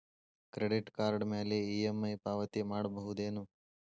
Credit card ಮ್ಯಾಲೆ EMI ಪಾವತಿ ಮಾಡ್ಬಹುದೇನು?